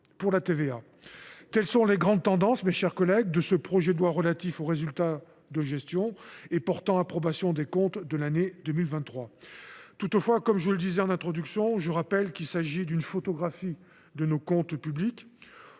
ajoutée (FCTVA). Telles sont les grandes tendances, mes chers collègues, de ce projet de loi relative aux résultats de gestion et portant approbation des comptes de l’année 2023. Toutefois, je rappelle qu’il s’agit d’une photographie de nos comptes publics.